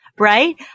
Right